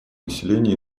населения